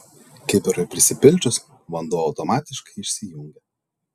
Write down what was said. kibirui prisipildžius vanduo automatiškai išsijungia